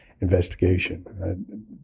investigation